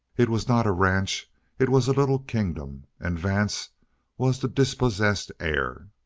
it was not a ranch it was a little kingdom. and vance was the dispossessed heir.